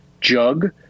jug